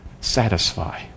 satisfy